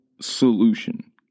solution